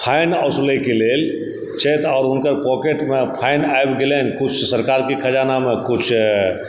fine ओसूलयकेँ लेल छथि और हुनकर पाकेटमे फाइन आबि गेलनि सरकारके खजानामे किछु